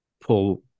pull